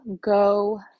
go